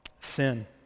sin